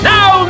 Now